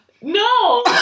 No